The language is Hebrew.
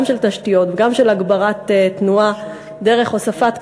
גם של תשתיות וגם של הגברת תנועה דרך הוספת קווים,